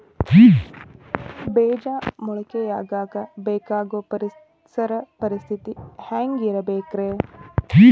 ಬೇಜ ಮೊಳಕೆಯಾಗಕ ಬೇಕಾಗೋ ಪರಿಸರ ಪರಿಸ್ಥಿತಿ ಹ್ಯಾಂಗಿರಬೇಕರೇ?